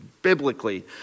biblically